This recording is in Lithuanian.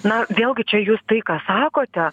na vėlgi čia jūs tai ką sakote